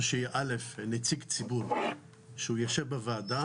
זה שנציג ציבור שהוא יושב בוועדה,